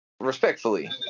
respectfully